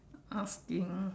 asking